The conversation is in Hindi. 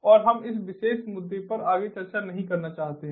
और हम इस विशेष मुद्दे पर आगे चर्चा नहीं करना चाहते हैं